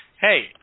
Hey